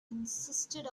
insisted